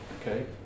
Okay